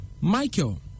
Michael